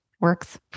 works